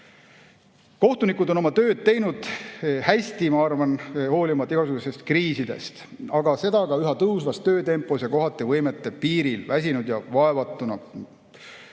Kohtunikud on oma tööd teinud hästi, ma arvan, hoolimata igasugustest kriisidest, aga seda ka üha tõusvas töötempos ja kohati võimete piiril, väsinult ja vaevatuna.